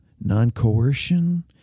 non-coercion